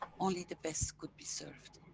only the best could be served,